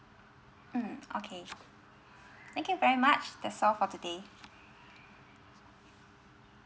mm okay thank you very much that's all for today